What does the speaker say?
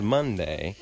Monday